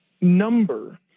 number